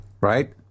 right